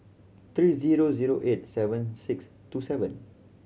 three zero zero eight seven six two seven